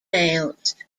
announced